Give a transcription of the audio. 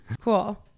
Cool